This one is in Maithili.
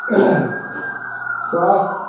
स्वास्थ्य